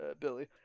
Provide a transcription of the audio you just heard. Billy